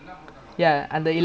oh ஆமா ஆமா அந்த:aamaa aamaa antha